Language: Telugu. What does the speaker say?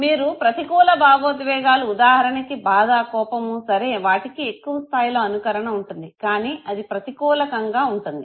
మీరు ప్రతికూల భావోద్వేగాలు ఉదాహరణకి బాధ కోపము సరే వాటికీ ఎక్కువ స్థాయిలో అనుకరణ ఉంటుంది కానీ అది ప్రతికూలకంగా ఉంటుంది